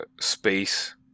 space